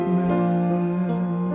men